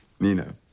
Nina